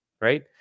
Right